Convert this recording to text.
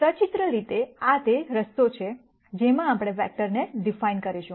તેથી સચિત્ર રીતે આ તે રસ્તો છે જેમાં આપણે આ વેક્ટરને ડીફાઈન કરશું